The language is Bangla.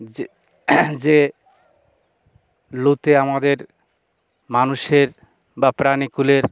যে যে লুতে আমাদের মানুষের বা প্রাণীকুলের